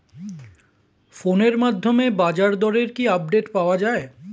ফোনের মাধ্যমে বাজারদরের কি আপডেট পাওয়া যায়?